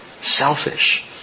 selfish